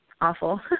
awful